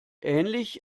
ähnlich